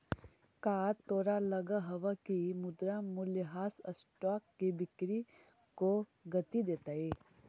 का तोहरा लगअ हवअ की मुद्रा मूल्यह्रास स्टॉक की बिक्री को गती देतई